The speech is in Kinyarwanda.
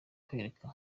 kwereka